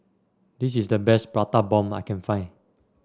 this is the best Prata Bomb I can find